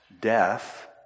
death